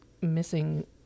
missing